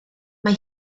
mae